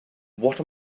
what